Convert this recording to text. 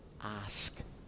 Ask